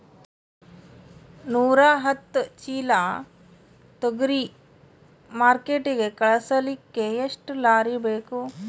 ನೂರಾಹತ್ತ ಚೀಲಾ ತೊಗರಿ ಮಾರ್ಕಿಟಿಗ ಕಳಸಲಿಕ್ಕಿ ಎಷ್ಟ ಲಾರಿ ಬೇಕು?